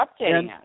updating